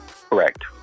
Correct